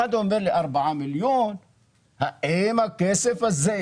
אחד אמר לי 4 מיליון ואני שואל האם הכסף הזה,